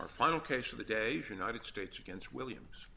our final case of the day's united states against williams